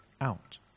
out